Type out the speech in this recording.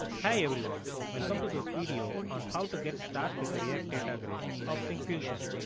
hi everyone, welcome to this video on how to get start with the react data grid of syncfusion.